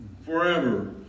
forever